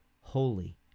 Holy